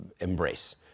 embrace